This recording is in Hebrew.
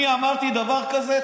אני אמרתי דבר כזה?